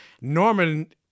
Norman